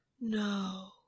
No